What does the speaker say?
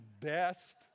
best